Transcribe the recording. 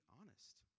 honest